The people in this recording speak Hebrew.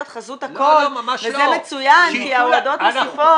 חזות הכול וזה מצוין כי ההודעות מוסיפות --- לא,